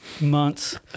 months